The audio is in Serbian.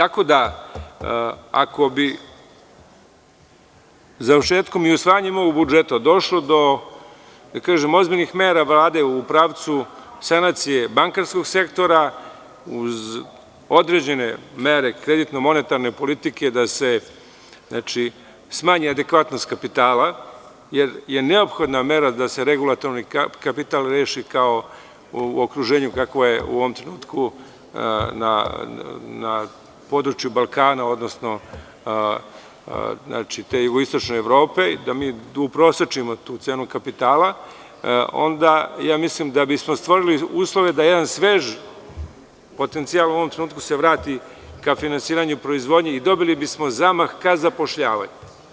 Ako bi završetkom i usvajanjem ovog budžeta došlo do ozbiljnih mera Vlade u pravcu sanacije bankarskog sektora uz određene mere kreditno monetarne politike da se smanji adekvatnost kapitala, jer je neophodna mera da se regulatorni kapital reši u okruženju kakvo je u ovom trenutku na području Balkana, odnosno te jugoistočne Evrope i da mi uprosečimo tu cenu kapitala, onda mislim da bi smo stvorili uslove da jedan svež potencijal u ovom trenutku se vrati ka finansiranju proizvodnje i dobili bismo zamah ka zapošljavanju.